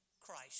Christ